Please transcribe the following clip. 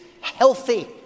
healthy